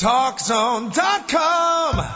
Talkzone.com